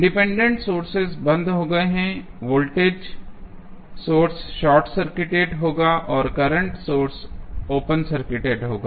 independent source बंद हो गए वोल्टेज सोर्स शार्ट सर्किटेड होगा और करंट सोर्स ओपन सर्किटेड होगा